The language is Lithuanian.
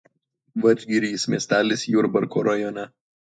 vadžgirys miestelis jurbarko rajone